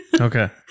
Okay